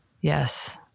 Yes